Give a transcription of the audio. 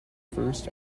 first